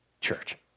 church